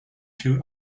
two